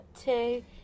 two